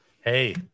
Hey